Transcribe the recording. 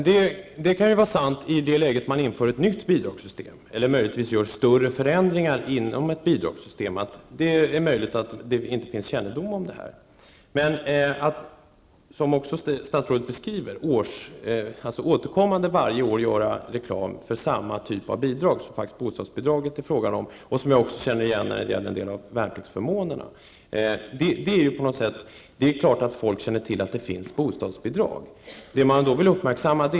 Herr talman! När man inför ett nytt bidragssystem eller gör större förändringar inom ett bidragssystem kan det vara sant att det inte finns kännedom om det. Det är något annat att, som statsrådet säger i svaret, årligen göra reklam för samma typ av bidrag. Jag känner igen detta från en del av värnpliktsförmånerna. Det är klart att folk känner till att det finns bostadsbidrag.